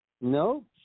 No